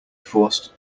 forced